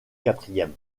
quatrième